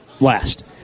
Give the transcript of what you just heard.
last